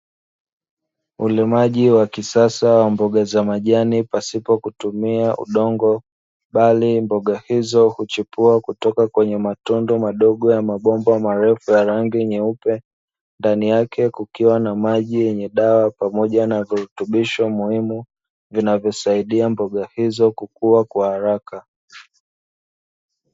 Ulimaji wa kisasa wa mboga za majani pasipo kutumia udongo, bali mboga hizo huchipua kutoka kwenye matundu madogo ya mabomba marefu ya rangi nyeupe. Ndani yake kukiwa na maji yenye dawa pamoja na virutubisho muhimu vinavyosaidia mboga hizo kukua kwa haraka.